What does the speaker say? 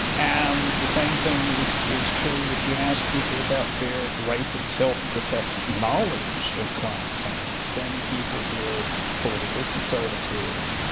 and the same thing is is true if you ask people about their rated self-professed knowledge of climate science, then people who are politically conservative,